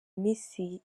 iminsi